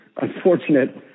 unfortunate